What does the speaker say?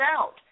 out